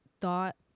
thought